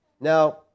Now